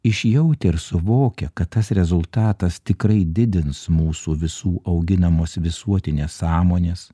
išjautę ir suvokę kad tas rezultatas tikrai didins mūsų visų auginamos visuotinės sąmonės